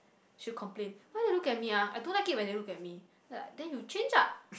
she'll complain why they look at me ah I don't like it when they look at me then I like then you change ah